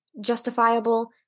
justifiable